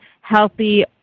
healthy